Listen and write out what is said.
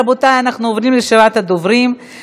רבותי, אנחנו עוברים לרשימת הדוברים.